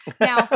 Now